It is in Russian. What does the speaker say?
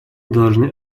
должны